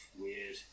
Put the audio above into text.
weird